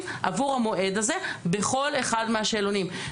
עבור המועד הזה בכל אחד מהשאלונים.